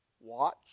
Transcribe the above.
Watch